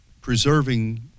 preserving